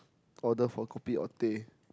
order for kopi or teh